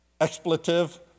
expletive